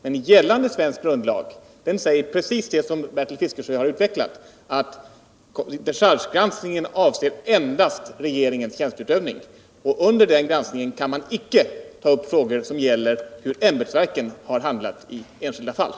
Men gällande svensk grundlag säger precis det som Bertil Fiskesjö här har utvecklat, nämligen att dechargegranskningen endast avser regeringens tjänsteutövning. Under denna granskning kan man icke ta upp frågor som gäller hur ämbetsverken har handlat i enskilda fall.